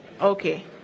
Okay